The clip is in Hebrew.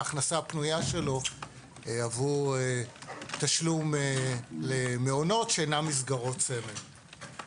מההכנסה הפנויה שלו עבור תשלום למעונות שאינן מסגרות סמל.